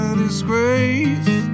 disgrace